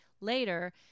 later